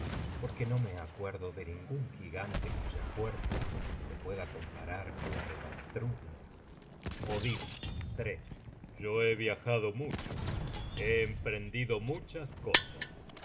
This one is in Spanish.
porque no me acuerdo de ningun gigante cuya fuerza se pueda comparar á la de vafthrudner odin yo he viajado mucho he emprendido muchas cosas he